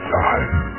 time